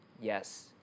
Yes